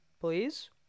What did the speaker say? please